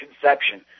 conception